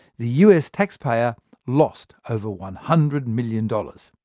the us taxpayer lost over one hundred million dollars.